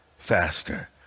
faster